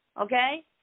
Okay